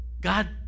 God